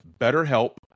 BetterHelp